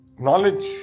knowledge